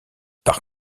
par